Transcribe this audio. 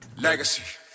Legacy